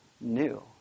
new